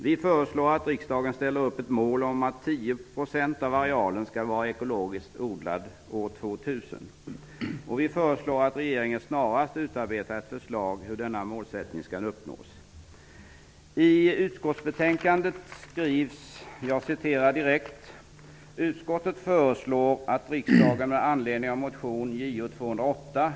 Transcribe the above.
Vi föreslår att riksdagen ställer upp ett mål att 10 % av arealen skall vara ekologiskt odlad år 2000. Vi föreslår att regeringen snarast utarbetar ett förslag till hur detta mål skall uppnås.